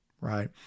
right